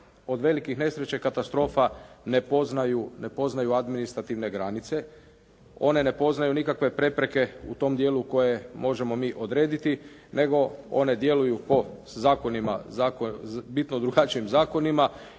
od velikih nesreća i katastrofa ne poznaju administrativne granice, one ne poznaju nikakve prepreke u tom dijelu koje možemo mi odrediti, nego one djeluju po zakonima, bitno drugačijim zakonima